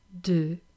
de